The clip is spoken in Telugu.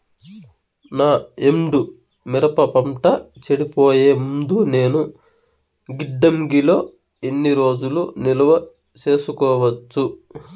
నా ఎండు మిరప పంట చెడిపోయే ముందు నేను గిడ్డంగి లో ఎన్ని రోజులు నిలువ సేసుకోవచ్చు?